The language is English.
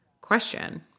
question